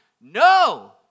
no